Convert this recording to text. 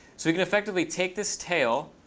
so we can effectively take this tail,